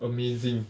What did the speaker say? amazing